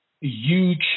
huge